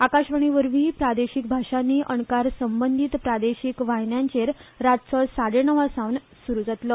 आकाशवाणीवरवीं प्रादेशीक भाशांनी अणकार संबंधीत प्रादेशीक वाहिन्यांचेर रातचो साडेणवांसावन सुरु जातलो